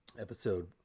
episode